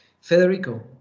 Federico